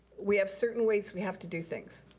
we have certain ways we have to do things.